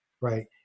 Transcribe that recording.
Right